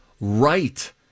right